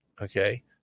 okay